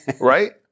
Right